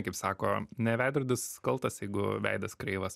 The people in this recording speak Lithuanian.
kaip sako ne veidrodis kaltas jeigu veidas kreivas